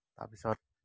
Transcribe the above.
তাৰপিছত